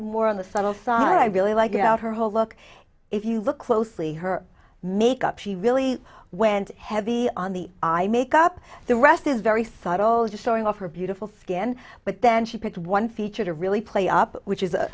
more on the subtle side i really like you know her whole look if you look closely her makeup she really went heavy on the i make up the rest is very subtle just showing off her beautiful skin but then she picked one feature to really play up which is